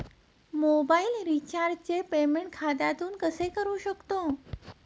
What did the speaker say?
Mobile रिचार्जचे payment खात्यातून कसे करू शकतो?